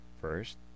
first